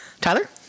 Tyler